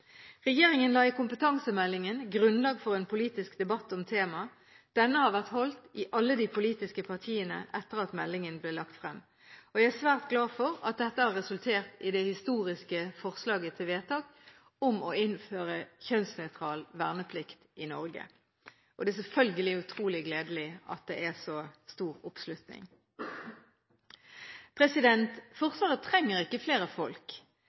Regjeringen la i kompetansemeldingen grunnlag for en politisk debatt om temaet. Denne har vært holdt i alle de politiske partiene etter at meldingen ble lagt frem. Jeg er svært glad for at dette har resultert i det historiske forslaget til vedtak om å innføre kjønnsnøytral verneplikt i Norge. Det er selvfølgelig utrolig gledelig at det er så stor oppslutning. Forsvaret trenger ikke flere folk.